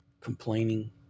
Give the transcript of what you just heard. complaining